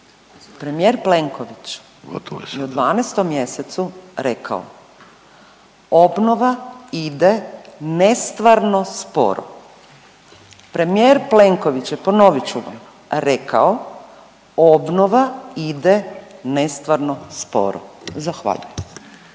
premijer Plenković je u 12. mjesecu rekao, obnova ide nestvarno sporo. Premijer Plenković je ponovit ću vam rekao obnova ide nestvarno sporo. Zahvaljujem.